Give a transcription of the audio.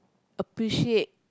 appreciate